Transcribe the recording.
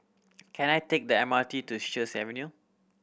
can I take the M R T to Sheares Avenue